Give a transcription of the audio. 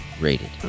rated